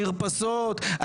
מרפסות,